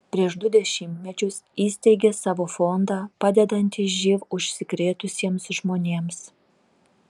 prieš du dešimtmečius įsteigė savo fondą padedantį živ užsikrėtusiems žmonėms